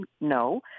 No